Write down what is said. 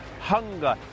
hunger